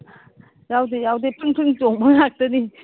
ꯌꯥꯎꯗꯦ ꯌꯥꯎꯗꯦ ꯐ꯭ꯔꯤꯡ ꯐ꯭ꯔꯤꯡ ꯆꯣꯡꯕ ꯉꯥꯛꯇꯅꯤ